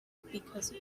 because